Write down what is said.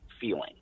feeling